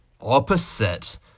opposite